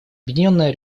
объединенная